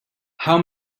how